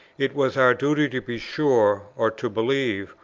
it was our duty to be sure, or to believe,